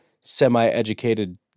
semi-educated